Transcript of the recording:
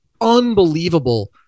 unbelievable